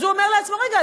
אז הוא אומר לעצמו: רגע,